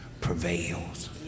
prevails